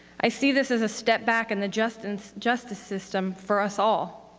i see this as a step back in the justice justice system for us all.